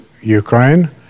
Ukraine